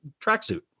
tracksuit